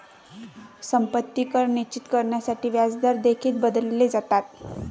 संपत्ती कर निश्चित करण्यासाठी व्याजदर देखील बदलले जातात